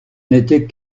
n’était